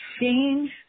change